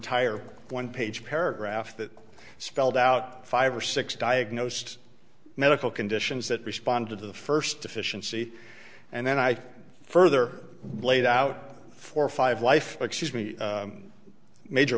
tire one page paragraph that spelled out five or six diagnosed medical conditions that respond to the first deficiency and then i further laid out for five life excuse me major